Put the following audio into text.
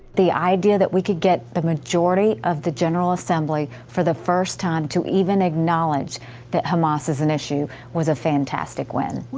the idea that we could get the majority of the general assembly for the first time to even acknowledge that hamas is an issue was a fantastic win.